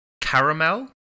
Caramel